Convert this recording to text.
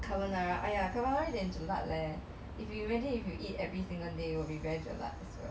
carbonara !aiya! carbonara 有点 jelak leh if you imagine if you eat every single day you will be very jelak